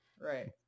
Right